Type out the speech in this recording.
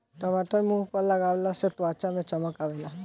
टमाटर मुंह पअ लगवला से त्वचा में चमक आवेला